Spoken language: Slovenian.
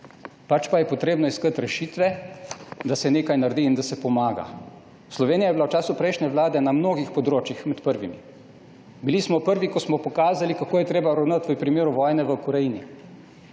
pač pa je treba iskati rešitve, da se nekaj naredi in da se pomaga. Slovenija je bila v času prejšnje vlade na mnogih področjih med prvimi. Bili smo prvi, ko smo pokazali, kako je treba ravnati v primeru vojne v Ukrajini.